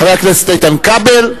חבר הכנסת איתן כבל,